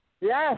Yes